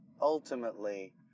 ultimately